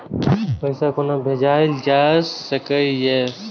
पैसा कोना भैजल जाय सके ये